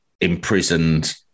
imprisoned